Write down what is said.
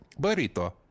Barito